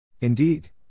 Indeed